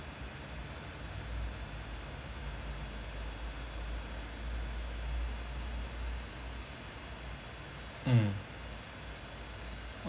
mm